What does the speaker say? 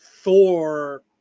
Thor